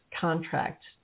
contract